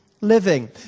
Living